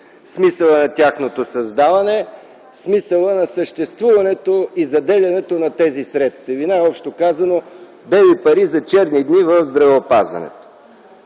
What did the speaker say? смисъла на тяхното създаване, смисъла на съществуването и заделянето на тези средства, или най-общо казано бели пари за черни дни в здравеопазването.